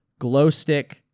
Glowstick